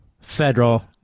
federal